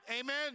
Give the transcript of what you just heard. amen